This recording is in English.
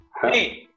hey